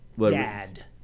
dad